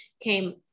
came